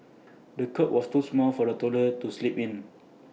the cot was too small for the toddler to sleep in